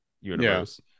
universe